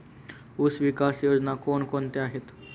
ऊसविकास योजना कोण कोणत्या आहेत?